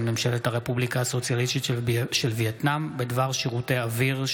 ממשלת הרפובליקה הסוציאליסטית של וייטנאם בדבר שירותי אוויר,